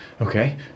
Okay